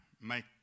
make